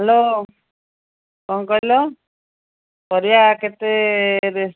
hello କ'ଣ କହିଲ ପରିବା କେତେରେ